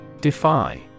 Defy